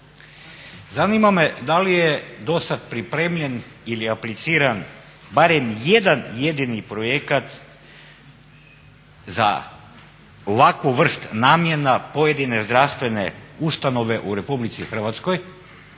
Zanima me da li je dosad pripremljen ili apliciran barem jedan jedini projekt za ovakvu vrst namjena pojedine zdravstvene ustanove u RH ili je